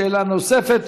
שאלה נוספת,